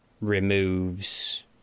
removes